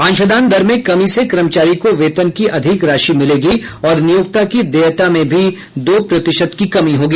अंशदान दर में कमी से कर्मचारी को वेतन की अधिक राशि मिलेगी और नियोक्ता की देयता में भी दो प्रतिशत की कमी होगी